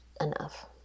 enough